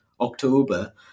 October